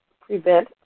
prevent